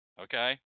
Okay